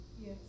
Yes